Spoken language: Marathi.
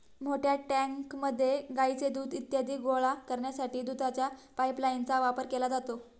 मोठ्या टँकमध्ये गाईचे दूध इत्यादी गोळा करण्यासाठी दुधाच्या पाइपलाइनचा वापर केला जातो